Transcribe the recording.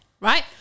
right